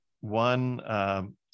one